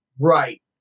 Right